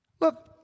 Look